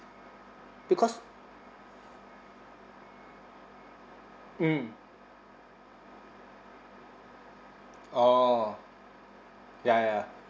because mm orh ya ya